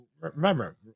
remember